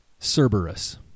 Cerberus